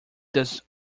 does